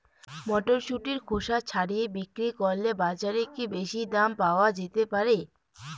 মটরশুটির খোসা ছাড়িয়ে বিক্রি করলে বাজারে কী বেশী দাম পাওয়া যেতে পারে?